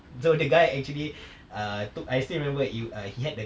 so the guy actually err took I still remember you err he had the